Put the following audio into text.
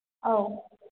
ꯑꯧ